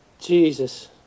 Jesus